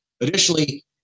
Additionally